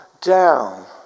down